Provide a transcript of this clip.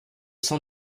sein